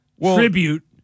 tribute